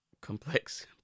complex